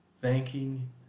thanking